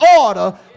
order